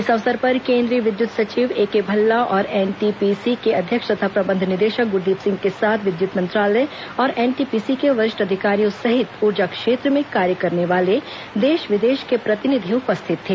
इस अवसर पर केन्द्रीय विद्युत सचिव ए के भल्ला और एनटीपीसी के अध्यक्ष तथा प्रबंध निदेशक गुरदीप सिंह के साथ विद्युत मंत्रालय और एनटीपीसी के वरिष्ठ अधिकारियों सहित ऊर्जा क्षेत्र में कार्य करने वाले देश विदेश के प्रतिनिधि उपस्थित थे